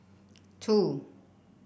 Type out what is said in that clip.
two